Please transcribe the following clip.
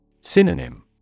Synonym